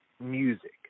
music